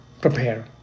prepare